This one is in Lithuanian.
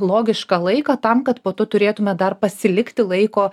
logišką laiką tam kad po to turėtume dar pasilikti laiko